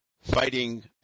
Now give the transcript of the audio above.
fighting